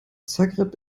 zagreb